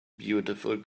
beautiful